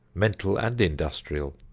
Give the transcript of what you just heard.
mental and industrial.